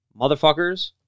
motherfuckers